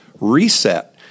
reset